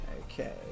okay